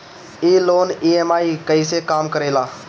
ई loan EMI कईसे काम करेला?